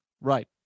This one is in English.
Right